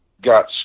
got